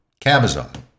Cabazon